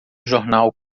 jornal